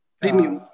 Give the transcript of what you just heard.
premium